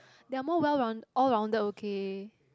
they are more well round all rounded okay